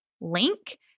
Link